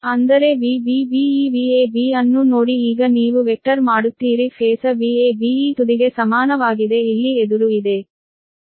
ಅಂದರೆ Vbb ಈ Vab ಅನ್ನು ನೋಡಿ ಈಗ ನೀವು ವೆಕ್ಟರ್ ಮಾಡುತ್ತೀರಿ Phasor Vab ಈ ತುದಿಗೆ ಸಮಾನವಾಗಿದೆ ಇಲ್ಲಿ ಎದುರು ಇದೆ